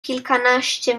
kilkanaście